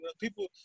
people